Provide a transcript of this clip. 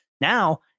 Now